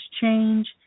change